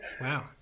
Wow